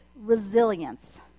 resilience